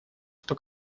что